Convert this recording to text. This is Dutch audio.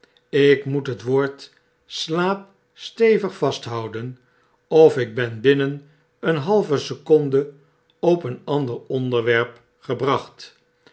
ik moet het woord slaap stevig vasthouden of ik ben binnen een halve seconde op een ander onderwerp gebracht